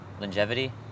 longevity